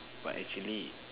but actually